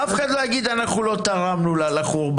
אף אחד לא יגיד: אנחנו לא תרמנו לחורבן.